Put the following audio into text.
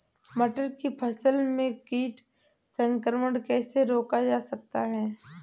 मटर की फसल में कीट संक्रमण कैसे रोका जा सकता है?